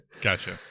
gotcha